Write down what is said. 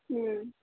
ಹ್ಞೂ